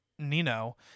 Nino